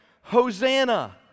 Hosanna